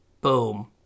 boom